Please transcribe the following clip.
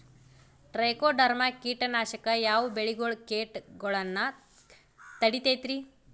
Trichoderma ಕೇಟನಾಶಕ ಯಾವ ಬೆಳಿಗೊಳ ಕೇಟಗೊಳ್ನ ತಡಿತೇತಿರಿ?